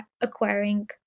acquiring